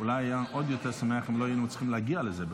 אולי היה עוד יותר שמח אם לא היינו צריכים להגיע לזה בכלל.